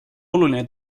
oluline